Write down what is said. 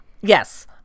Yes